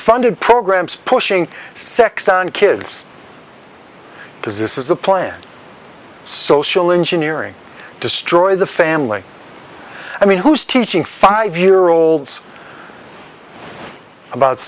funded programs pushing sex on kids to this is a planned social engineering destroy the family i mean who's teaching five year olds about